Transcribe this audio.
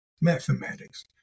mathematics